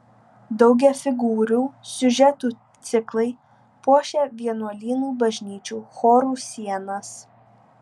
daugiafigūrių siužetų ciklai puošė vienuolynų bažnyčių chorų sienas